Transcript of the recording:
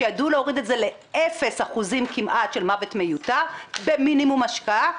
שידעו להוריד את זה לאפס אחוזים כמעט של מוות מיותר במינימום השקעה,